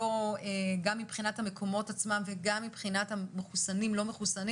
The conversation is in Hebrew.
גם מבחינת המקומות עצמם וגם מבחינת האנשים מחוסנים או לא מחוסנים